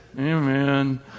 amen